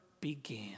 began